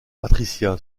patricia